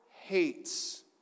hates